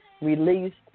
released